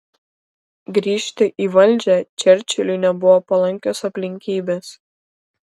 grįžti į valdžią čerčiliui nebuvo palankios aplinkybės